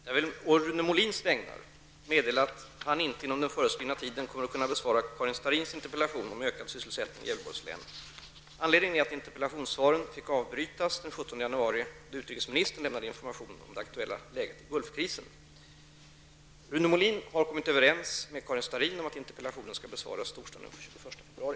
Herr talman! Jag vill på Rune Molins vägnar meddela att han inte inom den föreskrivna tiden kommer att kunna besvara Karin Starrins interpellation om ökad sysselsättning i Gävleborgs län. Anledningen är att interpellationssvaren fick avbrytas den 17 januari då utrikesministern lämnade information om det aktuella läget i Rune Molin har kommit överens med Karin Starrin om att interpellationen skall besvaras torsdagen den 21 februari.